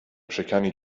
شکنی